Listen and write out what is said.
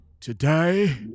Today